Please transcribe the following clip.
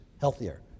healthier